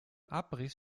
abriss